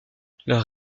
leur